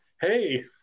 hey